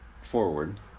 forward